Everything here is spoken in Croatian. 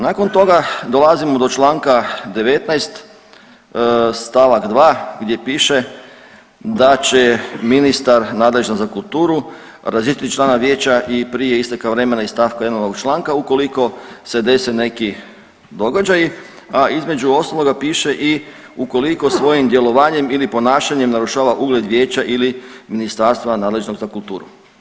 Nakon toga, dolazimo do čl. 19 st. 2 gdje piše da će ministar nadležan za kulturu razriješiti člana vijeća i prije isteka vremena iz st. 1 ovog Čl. ukoliko se dese neki događaji, a između ostaloga, piše i ukoliko svojim djelovanjem ili ponašanjem narušava ugled vijeća ili ministarstva nadležnog za kulturu.